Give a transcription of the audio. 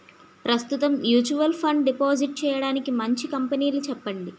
ప్రస్తుతం mutual fund deposit చేయడానికి మంచి కంపెనీలు చెప్పండి